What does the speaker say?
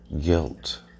guilt